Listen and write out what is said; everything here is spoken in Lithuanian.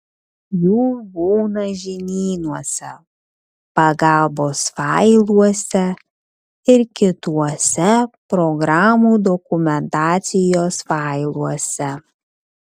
jų būna žinynuose pagalbos failuose ir kituose programų dokumentacijos failuose